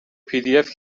pdf